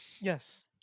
Yes